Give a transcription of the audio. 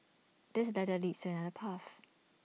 this ladder leads to another path